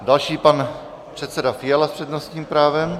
Další je pan předseda Fiala s přednostním právem.